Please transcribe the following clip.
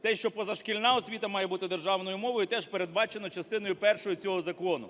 Те, що позашкільна освіта має бути державною мовою, теж передбачено частиною першою цього закону.